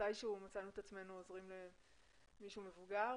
מתי שהוא מצאנו את עצמנו עוזרים למישהו מבוגר,